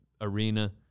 arena